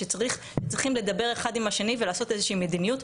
שצריכים לדבר אחד עם השני ולעשות איזושהי מדיניות.